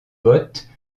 bottes